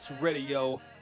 radio